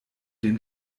den